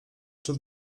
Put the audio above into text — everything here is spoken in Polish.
czy